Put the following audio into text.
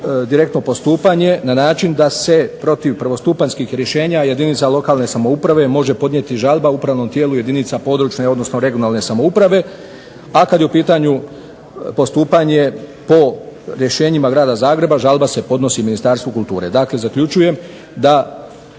direktno postupanje na način da se protiv prvostupanjskih rješenja jedinica lokalne samouprave može podnijeti žalbe upravnom tijelu jedinca područne odnosno regionalne samouprave, a kada je u pitanju postupanju po rješenjima Grada Zagreba žalba se podnosi Ministarstvu kulture. Dakle, zaključujem da